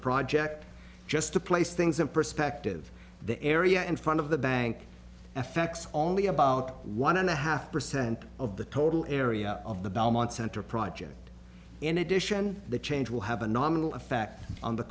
project just to place things in perspective the area in front of the bank affects only about one and a half percent and of the total area of the belmont center project in addition the change will have a nominal effect on the